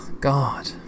God